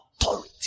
authority